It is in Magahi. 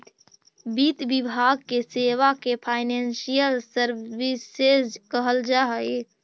वित्त विभाग के सेवा के फाइनेंशियल सर्विसेज कहल जा हई